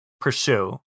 pursue